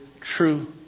true